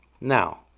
Now